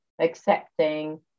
accepting